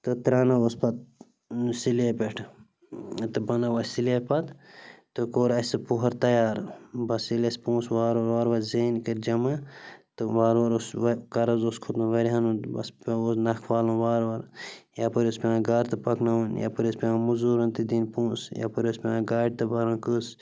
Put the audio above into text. تہٕ ترٛانٲوٕس پَتہٕ سِلیب پَٮ۪ٹھٕ تہٕ بنٲو اَسہِ سِلیب پَتہٕ تہٕ کوٚر اَسہِ سُہ پوٚہَر تیار بَس ییٚلہِ اَسہِ پونٛسہٕ وارٕ وارٕ وارٕ وارٕ زیٖنۍ کٔرۍ جَمع تہٕ وارٕ وارٕ اوس یِہوٚے قرض اوس کھوٚمُت واریہَن ہُنٛد بس پیوٚو حظ نَکھٕ والُن وارٕ وارٕ یپٲرۍ اوس پٮ۪وان گَرٕ تہِ پَکناوُن یپٲرۍ ٲسۍ پٮ۪وان مٔزوٗرَن تہِ دِنۍ پونٛسہٕ یَپٲرۍ ٲسۍ پٮ۪وان گاڑِ تہِ بَرُن قٕس